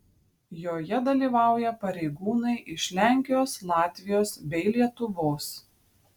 joje dalyvauja pareigūnai iš lenkijos latvijos bei lietuvos